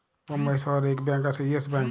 বোম্বাই শহরে ইক ব্যাঙ্ক আসে ইয়েস ব্যাঙ্ক